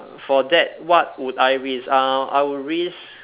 for that what would I risk uh I would risk